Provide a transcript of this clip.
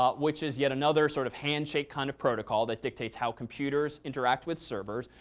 ah which is yet another sort of handshake kind of protocol that dictates how computers interact with servers.